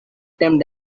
time